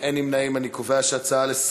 אני מבקש להעביר את זה